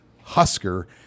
Husker